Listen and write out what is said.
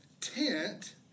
tent